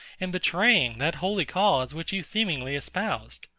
and betraying that holy cause which you seemingly espoused.